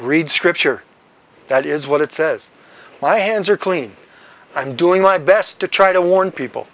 read scripture that is what it says my hands are clean i'm doing my best to try to warn people